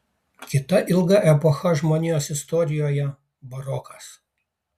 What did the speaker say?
kita ilga epocha žmonijos istorijoje barokas